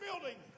building